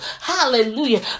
Hallelujah